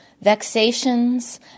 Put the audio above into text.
Vexations